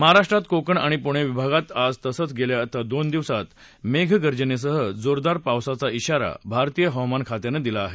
महाराष्ट्रात कोकण आणि पूणे विभागात आज तसंच येत्या दोन दिवसात मेघगर्जनेसह पावसाचा इशारा भारतीय हवामान खात्यानं दिला आहे